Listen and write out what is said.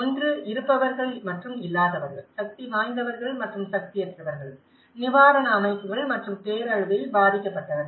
ஒன்று இருப்பவர்கள் மற்றும் இல்லாதவர்கள் சக்திவாய்ந்தவர்கள் மற்றும் சக்தியற்றவர்கள் நிவாரண அமைப்புகள் மற்றும் பேரழிவில் பாதிக்கப்பட்டவர்கள்